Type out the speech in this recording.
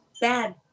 bad